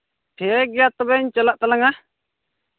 ᱴᱷᱤᱠ ᱜᱮᱭᱟ ᱛᱚᱵᱮᱧ ᱪᱟᱞᱟᱜ ᱛᱟᱞᱟᱝᱟ